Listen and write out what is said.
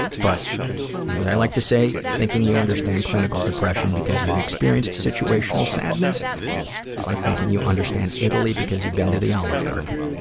but, as i like to say, thinking you understand clinical depression because you've experienced situational sadness is like thinking you understand italy because you've been to the olive garden.